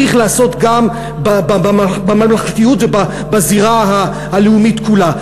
צריך לעשות בממלכתיות ובזירה הלאומית כולה.